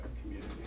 community